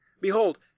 Behold